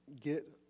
Get